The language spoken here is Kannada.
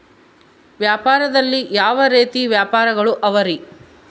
ವ್ಯಾಪಾರದಲ್ಲಿ ಯಾವ ರೇತಿ ವ್ಯಾಪಾರಗಳು ಅವರಿ?